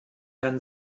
herrn